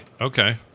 okay